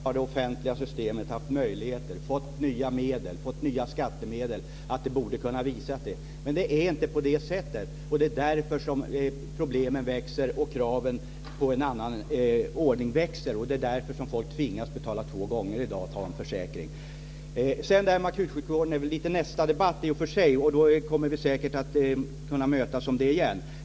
Fru talman! Så många gånger har det offentliga systemet haft möjligheter och fått nya skattemedel att det borde ha kunnat visa att det fungerar. Men det är inte på det sättet. Det är därför problemen växer, och det är därför kraven på en annan ordning växer. Det är därför folk tvingas betala två gånger i dag och ta en försäkring. Frågan om akutsjukvården ska i och för sig tas upp i nästa debatt. Vi kommer säkert att kunna mötas omkring det igen.